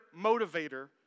motivator